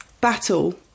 battle